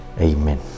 Amen